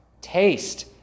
taste